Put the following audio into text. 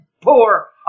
poor